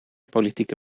politieke